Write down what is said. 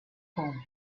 form